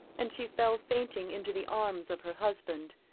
and she fell fainting into the arms of her husband,